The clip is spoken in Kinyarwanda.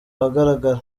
ahagaragara